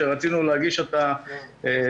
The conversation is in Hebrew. שרצינו להגיש את הרשימה,